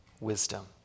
wisdom